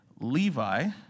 Levi